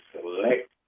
select